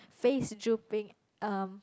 face drooping um